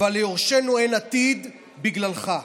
אבל ליורשינו אין עתיד בגללך.